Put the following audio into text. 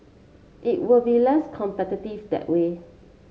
it will be less competitive that way